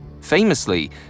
Famously